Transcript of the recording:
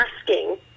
asking